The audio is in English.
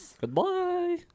Goodbye